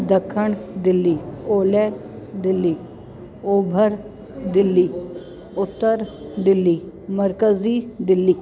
ॾखण दिल्ली ओलह दिल्ली ओभर दिल्ली उत्तर दिल्ली मर्कजी दिल्ली